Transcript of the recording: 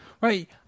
right